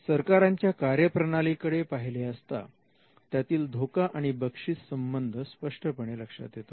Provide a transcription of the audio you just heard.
सरकारांच्या कार्यप्रणाली कडे पाहिले असता त्यातील धोका आणि बक्षीस संबंध स्पष्टपणे लक्षात येतो